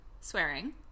swearing